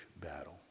battle